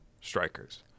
strikers